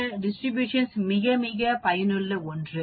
இந்த டிசிபேஷன் மிக மிக பயனுள்ள ஒன்று